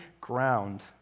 ground